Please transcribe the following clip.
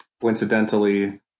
coincidentally